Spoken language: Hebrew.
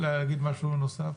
יש מישהו שרוצה להגיד משהו נוסף?